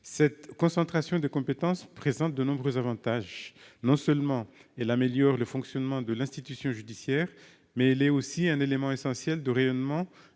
Cette concentration de compétences présente de nombreux avantages : non seulement elle améliore le fonctionnement de l'institution judiciaire, mais elle est aussi un élément essentiel de rayonnement